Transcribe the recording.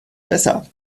besser